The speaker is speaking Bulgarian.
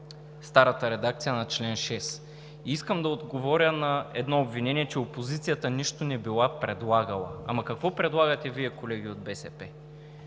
старата редакция на чл. 6. И искам да отговоря на едно обвинение, че опозицията нищо не била предлагала. „Ама какво предлагате Вие, колеги от БСП?“